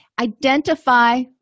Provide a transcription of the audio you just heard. Identify